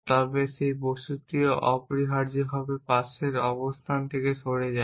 তবে সেই বস্তুটিও অপরিহার্যভাবে পাশের অবস্থান থেকে সরে যায়